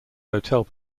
hotel